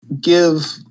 give